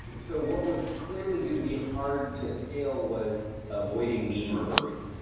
so what was clearly going to be hard to scale was avoiding mean reversion.